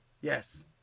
Yes